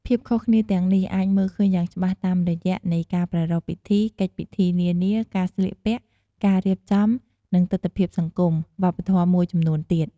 ភាពខុសគ្នាទាំងនេះអាចមើលឃើញយ៉ាងច្បាស់តាមរយៈពេលនៃការប្រារព្ធពិធី កិច្ចពិធីនានា ការស្លៀកពាក់ ការរៀបចំ និងទិដ្ឋភាពសង្គម វប្បធម៌មួយចំនួនទៀត។